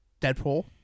Deadpool